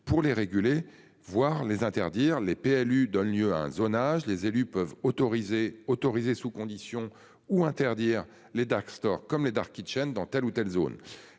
pour les réguler, voire les interdire les PLU donne lieu à un zonage les élus peuvent autoriser autorisé sous conditions ou interdire les dark stores comme les Dark kitchens dans telle ou telle zone